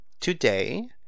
today